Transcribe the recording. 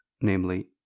namely